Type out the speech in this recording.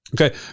Okay